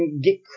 get